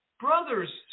Brothers